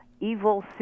evil